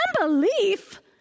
unbelief